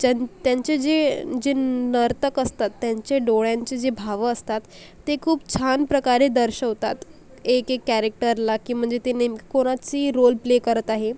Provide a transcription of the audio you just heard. च्यां त्यांच्या जे जे नर्तक असतात त्यांचे डोळ्यांचे जे भाव असतात ते खूप छान प्रकारे दर्शवतात एकेक कॅरेक्टरला की म्हणजे ते नेमकं कोणाची रोल प्ले करत आहे